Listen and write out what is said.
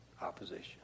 opposition